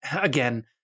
again